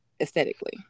aesthetically